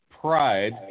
pride